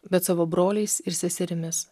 bet savo broliais ir seserimis